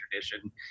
tradition